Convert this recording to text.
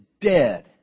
dead